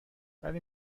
ولی